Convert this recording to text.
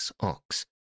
ox